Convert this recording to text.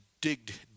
digged